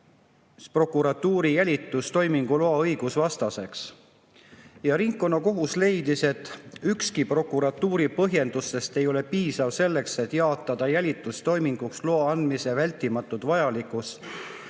prokuratuuri jälitustoimingu loa õigusvastaseks. Ringkonnakohus leidis, et ükski prokuratuuri põhjendustest ei ole piisav selleks, et jaatada jälitustoiminguks loa andmise vältimatut vajalikkust,